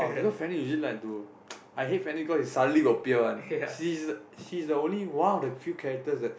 because Fanny usually like to I hate Fanny cause she suddenly will appear one she's she's the only one of the few characters that